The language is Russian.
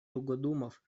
тугодумов